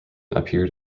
appeared